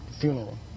funeral